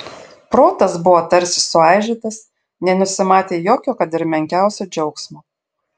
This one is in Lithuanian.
protas buvo tarsi suaižytas nenusimatė jokio kad ir menkiausio džiaugsmo